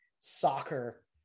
soccer